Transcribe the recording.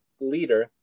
leader